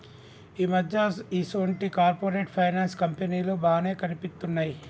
ఈ మధ్య ఈసొంటి కార్పొరేట్ ఫైనాన్స్ కంపెనీలు బానే కనిపిత్తున్నయ్